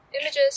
images